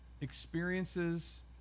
experiences